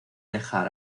dejar